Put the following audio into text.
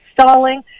stalling